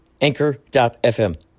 Anchor.fm